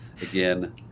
again